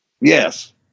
Yes